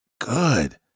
good